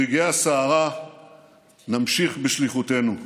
ברגעי הסערה נמשיך בשליחותנו.